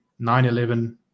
9-11